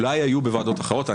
אולי בוועדות אחרות.